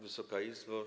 Wysoka Izbo!